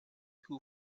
who